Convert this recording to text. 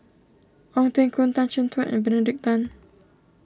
Ong Teng Koon Tan Chin Tuan and Benedict Tan